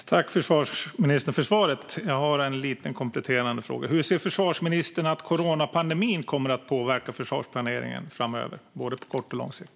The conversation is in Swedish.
Fru talman! Tack, försvarsministern, för svaret! Jag har en kort kompletterande fråga. Hur ser försvarsministern att coronapandemin kommer att påverka försvarsplaneringen framöver, både på kort och på lång sikt?